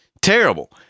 terrible